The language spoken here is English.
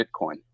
Bitcoin